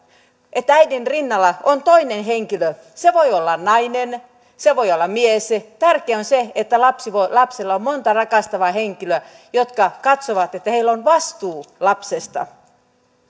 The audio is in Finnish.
että äidin rinnalla on toinen henkilö se voi olla nainen se voi olla mies tärkeää on se että lapsella on monta rakastavaa henkilöä jotka katsovat että heillä on vastuu lapsesta